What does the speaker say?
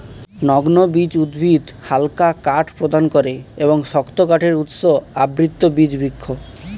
নগ্নবীজ উদ্ভিদ হালকা কাঠ প্রদান করে এবং শক্ত কাঠের উৎস আবৃতবীজ বৃক্ষ